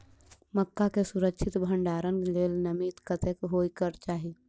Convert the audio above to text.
मक्का केँ सुरक्षित भण्डारण लेल नमी कतेक होइ कऽ चाहि?